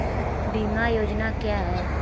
बीमा योजना क्या है?